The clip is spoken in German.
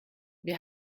wir